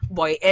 Boy